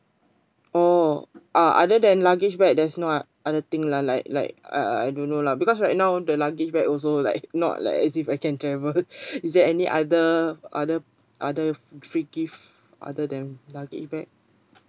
oh uh other than luggage bag there's no other thing lah like like I I don't know lah because right now the luggage bag also like not like as if I can travel is there any other other other free gift other than luggage bag